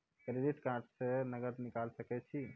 Credit card से नगद निकाल सके छी?